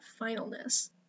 finalness